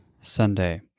Sunday